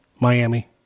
Miami